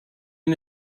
and